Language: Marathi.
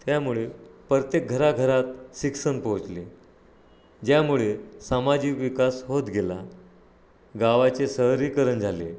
त्यामुळे प्रत्येक घराघरात शिक्षण पोचले ज्यामुळे सामाजिक विकास होत गेला गावाचे शहरीकरण झाले